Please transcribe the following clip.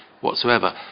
whatsoever